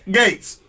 gates